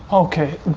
ok.